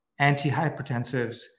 antihypertensives